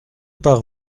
par